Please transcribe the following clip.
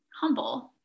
humble